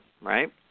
right